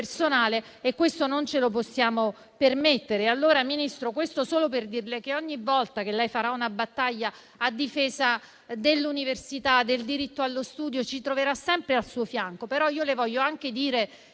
personale e non ce lo possiamo permettere. Tutto questo, Ministro, solo per dirle che, ogni volta che lei farà una battaglia a difesa dell'università e del diritto allo studio, ci troverà sempre al suo fianco. Le voglio però anche dire